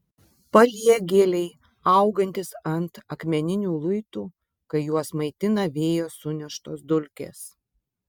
paliegėliai augantys ant akmeninių luitų kai juos maitina vėjo suneštos dulkės